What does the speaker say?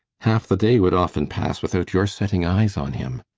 half the day would often pass without your setting eyes on him.